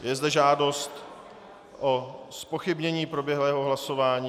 Je zde žádost o zpochybnění proběhlého hlasování.